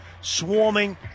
swarming